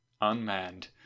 unmanned